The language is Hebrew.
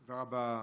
תודה רבה,